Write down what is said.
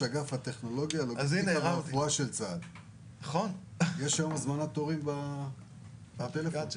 יש היום הזמנת הורים באפליקציה.